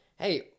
hey